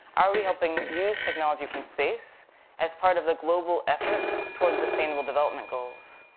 are we helping use technology from space as part of the global effort towards sustainable development goals?